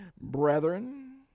brethren